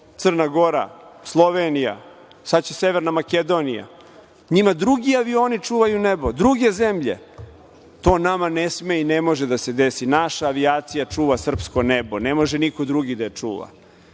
Crna Gora, Slovenija, sada će Severna Makedonija, njima drugi avioni čuvaju nebo, druge zemlje. To nama ne sme i ne može da se desi. Naša avijacija čuva srpsko nebo, ne može niko drugi da je čuva.